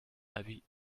avis